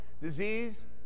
disease